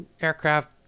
aircraft